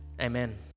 amen